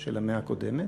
של המאה הקודמת,